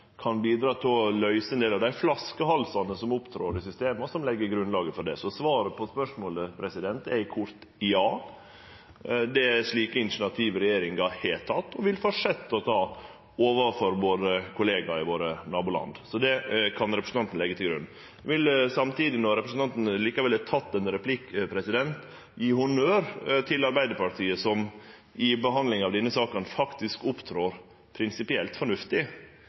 kan bidra til å løyse ein del av dei flaskehalsane som oppstår i systema, og leggje grunnlaget for det. Så svaret på spørsmålet er eit kort ja. Det er slike initiativ regjeringa har teke og vil halde fram med å ta overfor våre kollegaer i våre naboland. Så det kan representanten leggje til grunn. Når representanten likevel er i eit replikkordskifte her, vil eg samtidig gje honnør til Arbeidarpartiet, som i behandlinga av denne saka faktisk opptrer prinsipielt fornuftig